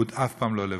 הוא אף פעם לא לבד.